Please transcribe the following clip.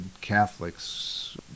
Catholics